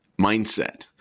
mindset